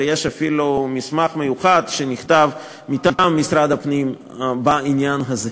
ויש אפילו מסמך מיוחד שנכתב מטעם משרד הפנים בעניין הזה.